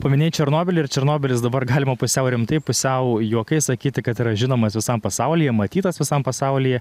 paminėjai černobylį ir černobylis dabar galima pusiau rimtai pusiau juokais sakyti kad yra žinomas visam pasaulyje matytas visam pasaulyje